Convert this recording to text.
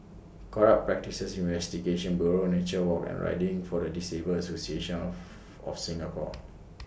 Corrupt Practices Investigation Bureau Nature Walk and Riding For The Disabled Association of of Singapore